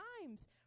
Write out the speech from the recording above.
times